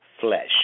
flesh